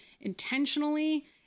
intentionally